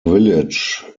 village